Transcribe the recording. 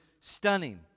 stunning